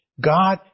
God